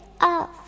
Off